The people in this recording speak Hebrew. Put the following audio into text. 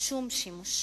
שום שימוש.